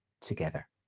together